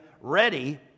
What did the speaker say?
ready